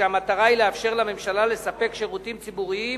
כשהמטרה היא לאפשר לממשלה לספק שירותים ציבוריים